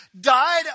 died